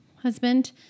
husband